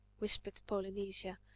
whispered polynesia.